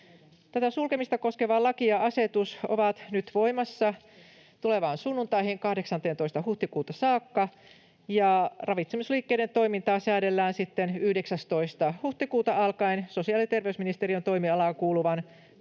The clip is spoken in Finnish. Tätä sulkemista koskeva laki ja asetus ovat nyt voimassa tulevaan sunnuntaihin, 18. huhtikuuta, saakka, ja ravitsemisliikkeiden toimintaa säädellään sitten 19. huhtikuuta alkaen sosiaali- ja terveysministeriön toimialaan kuuluvan